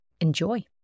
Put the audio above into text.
Enjoy